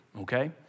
okay